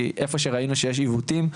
כי איפה שראינו שיש עיוותים,